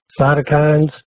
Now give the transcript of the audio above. cytokines